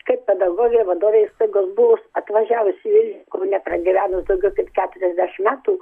kaip pedagogė vadovė įstaigos buvus atvažiavus į vilnių kaune pragyvenus daugiau kaip keturiasdešim metų